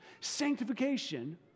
Sanctification